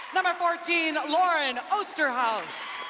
number fourteen, lauren osterhaus,